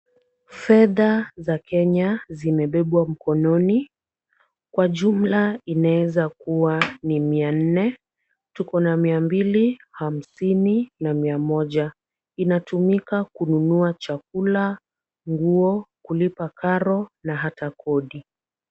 Fedha za kenya zimebebwa mkononi, kwa jumla inaeza kuwa ni mia nne tuko na mia mbili, hamsini na mia moja. Inatumika kununua chakula, nguo, kulipa karo na hata kodi.